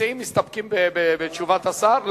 המציעים מסתפקים בתשובת השר?